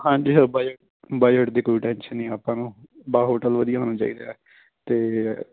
ਹਾਂਜੀ budget budget ਦੀ ਕੋਈ ਟੈਨਸ਼ਨ ਨਹੀਂ ਆਪਾਂ ਨੂੰ ਬਸ ਹੋਟਲ ਵਧੀਆ ਹੋਣਾ ਚਾਹੀਦਾ ਹੈ ਅਤੇ